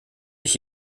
ich